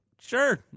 sure